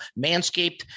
Manscaped